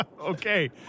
Okay